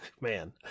man